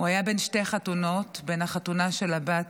הוא היה בין שתי חתונות, בין החתונה של בת